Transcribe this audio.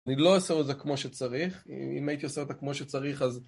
אני לא עושה את זה כמו שצריך, אם הייתי עושה את זה כמו שצריך אז...